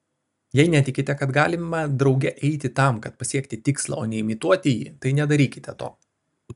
jei netikite kad galima drauge eiti tam kad pasiekti tikslą o ne imituoti jį tai nedarykite to